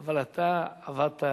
אבל אתה עבדת